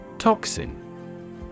Toxin